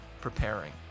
preparing